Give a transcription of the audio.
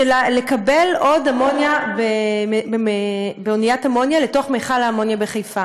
לקבל עוד אמוניה באוניית אמוניה לתוך מכל האמוניה בחיפה.